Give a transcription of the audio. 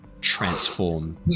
transform